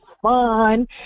fun